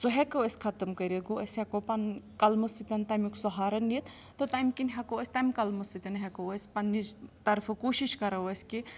سُہ ہٮ۪کو أسۍ ختم کٔرِتھ گوٚو أسۍ ہٮ۪کو پَنُن قلمہٕ سۭتۍ تَمیُک سہارٕ نِتھ تہٕ تَمہِ کِنۍ ہٮ۪کو أسۍ تَمہِ قلمہٕ سۭتۍ ہٮ۪کو أسۍ پنٛنِچ طرفہٕ کوٗشِش کَرو أسۍ کہِ